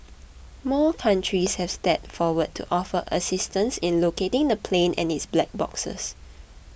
more countries have stepped forward to offer assistance in locating the plane and its black boxes